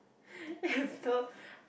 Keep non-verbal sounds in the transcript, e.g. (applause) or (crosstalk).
(breath) you so